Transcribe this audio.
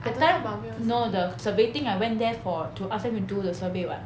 the time you know the survey thing I went there for to ask them to do the survey [what]